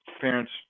parents